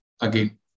Again